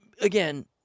Again